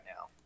now